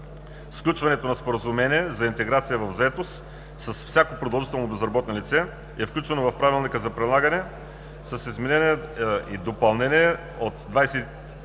Сключването на споразумение за интеграция в заетост с всяко продължително безработно лице е включено в правилника за прилагане с изменение и допълнение от 20